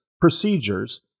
procedures